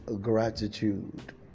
gratitude